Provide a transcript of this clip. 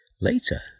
Later